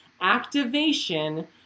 activation